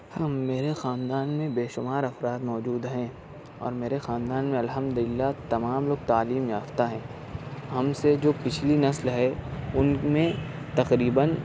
ہاں میرے خاندان میں بے شمار افراد موجود ہیں اور میرے خاندان میں الحمد للہ تمام لوگ تعلیم یافتہ ہیں ہم سے جو پچھلی نسل ہے ان میں تقریباً